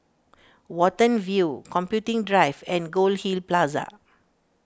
Watten View Computing Drive and Goldhill Plaza